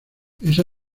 esa